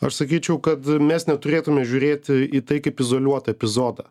aš sakyčiau kad mes neturėtume žiūrėti į tai kaip izoliuotą epizodą